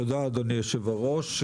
תודה אדוני יושב הראש.